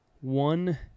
one